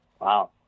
Wow